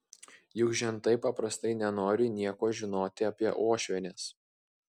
juk žentai paprastai nenori nieko žinoti apie uošvienes